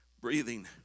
breathing